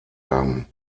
haben